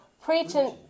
preaching